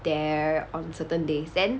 there on certain days then